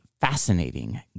fascinating